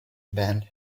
band